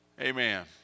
Amen